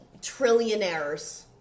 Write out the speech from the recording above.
trillionaires